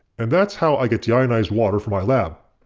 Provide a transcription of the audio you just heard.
and that's how i get deionized water for my lab.